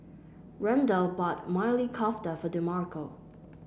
Randall bought Maili Kofta for Demarco